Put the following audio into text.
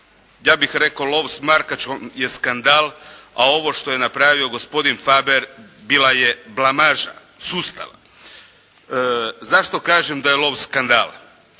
Ja bih rekao lov s Markačem je skandal, a ovo što je napravio gospodin Faber bila je blamaža sustava. Zašto kažem da je lov skandal?